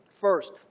First